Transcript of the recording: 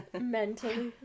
Mentally